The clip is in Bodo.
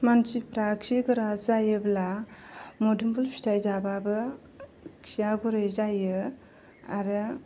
मानसिफोरा खि गोरा जायोब्ला मोदोमफुल फिथाय जाबाबो खिया गुरै जायो आरो